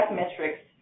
metrics